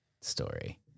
story